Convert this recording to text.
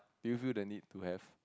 do you feel the need to have